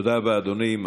תודה רבה, אדוני.